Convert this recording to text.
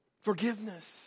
Forgiveness